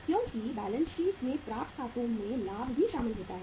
क्योंकि balance sheet में प्राप्त खातों में लाभ भी शामिल होता है